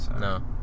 No